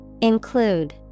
Include